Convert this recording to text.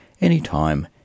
anytime